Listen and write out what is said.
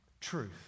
Truth